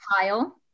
Kyle